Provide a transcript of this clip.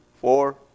four